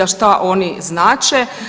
A šta oni znače?